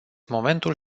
momentul